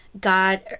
God